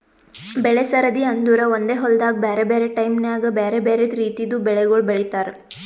ಬೆಳೆ ಸರದಿ ಅಂದುರ್ ಒಂದೆ ಹೊಲ್ದಾಗ್ ಬ್ಯಾರೆ ಬ್ಯಾರೆ ಟೈಮ್ ನ್ಯಾಗ್ ಬ್ಯಾರೆ ಬ್ಯಾರೆ ರಿತಿದು ಬೆಳಿಗೊಳ್ ಬೆಳೀತಾರ್